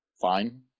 fine